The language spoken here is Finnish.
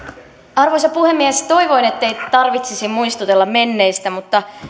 arvoisa puhemies toivoin ettei tarvitsisi muistutella menneistä mutta